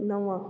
नव